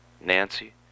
Nancy